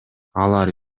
алар